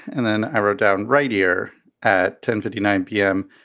and then i wrote down right here at ten fifty nine p m.